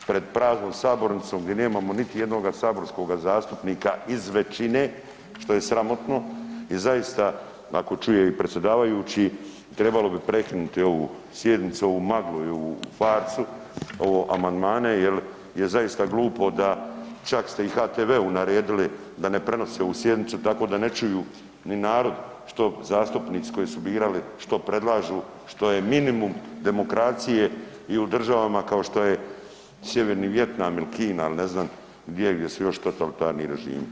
Pred praznom sabornicom gdje nemamo niti jednoga saborskoga zastupnika iz većine što je sramotno, je zaista, ako čuje i predsjedavajući trebalo bi prekinuti ovu sjednicu, ovu maglu i ovu farsu, ovo amandmane jel je zaista glupo da, čak ste i HTV-u naredili da ne prenose ovu sjednicu tako da ne čuju ni narod što zastupnici koje su birali, što predlažu, što je minimum demokracije i u državama kao što je Sjeverni Vijetnam ili Kina ili ne znam gdje gdje su još totalitarni režimi.